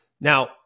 Now